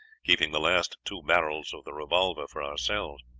keeping the last two barrels of the revolver for ourselves.